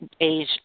age